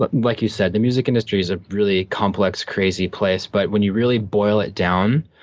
but like you said, the music industry is a really complex, crazy place, but when you really boil it down,